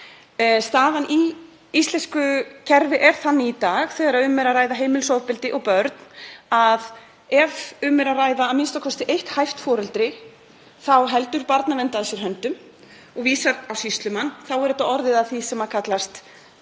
á. Staðan í íslensku kerfi er þannig í dag þegar um er að ræða heimilisofbeldi og börn, að ef um er að ræða a.m.k. eitt hæft foreldri þá heldur Barnavernd að sér höndum og vísar á sýslumann. Þá er þetta orðið að því sem kallast